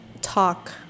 talk